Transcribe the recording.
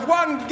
one